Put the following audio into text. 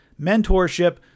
mentorship